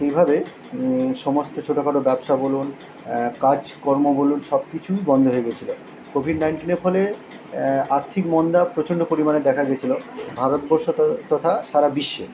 সেইভাবে সমস্ত ছোটোখাটো ব্যবসা বলুন কাজকর্ম বলুন সব কিছুই বন্ধ হয়ে গেছিলো কোভিড নাইন্টিনের ফলে আর্থিক মন্দা প্রচণ্ড পরিমাণে দেখা গেছিলো ভারতবর্ষ তথা সারাবিশ্বে